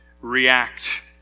react